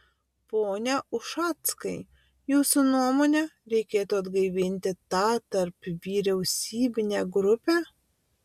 pone ušackai jūsų nuomone reikėtų atgaivinti tą tarpvyriausybinę grupę